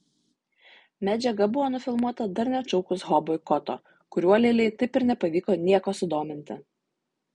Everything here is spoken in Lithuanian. medžiaga buvo nufilmuota dar neatšaukus ho boikoto kuriuo lilei taip ir nepavyko nieko sudominti